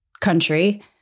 country